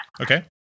Okay